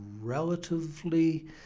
relatively